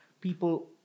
people